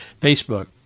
Facebook